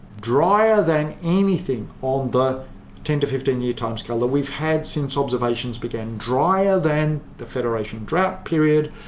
drier than anything on the ten to fifteen year timescale that we've had since observations began, drier than the federation drought period,